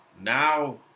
Now